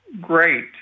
great